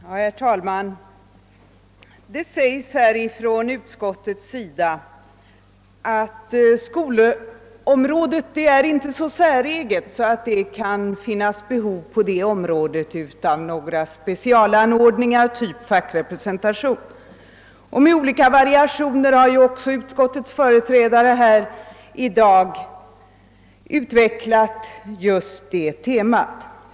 Herr talman! Utskottsmajoriteten gör gällande att skolområdet inte är så säreget att det där kan finnas behov av några specialanordningar av typen fackrepresentation, och med olika variationer har dess företrädare i dag utvecklat just detta tema.